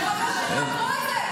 לחבר שלך קרויזר,